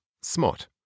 smart